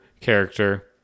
character